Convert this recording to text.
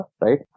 right